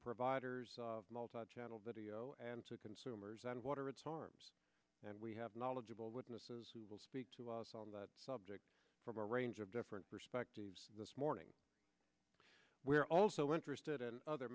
providers multichannel video and to consumers and what are its arms and we have knowledgeable witnesses who will speak to us on that subject from a range of different perspectives this morning we are also interested in other